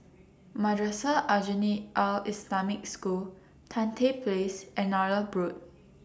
Madrasah Aljunied Al Islamic School Tan Tye Place and Nallur Road